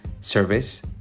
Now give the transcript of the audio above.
service